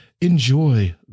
Enjoy